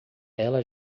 ela